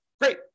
Great